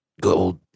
gold